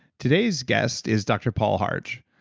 today's guest is dr. paul harch.